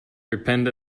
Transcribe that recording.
repent